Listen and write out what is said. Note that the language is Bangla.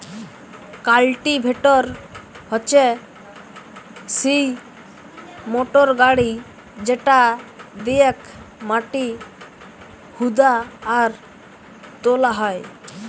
কাল্টিভেটর হচ্যে সিই মোটর গাড়ি যেটা দিয়েক মাটি হুদা আর তোলা হয়